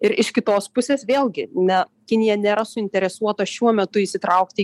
ir iš kitos pusės vėlgi ne kinija nėra suinteresuota šiuo metu įsitraukti į